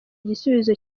igisubizo